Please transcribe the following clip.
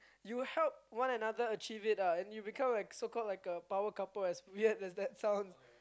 you help one another achieve it ah and you become like so called like a power couple as weird as that sounds